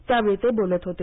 त्यावेळी ते बोलत होते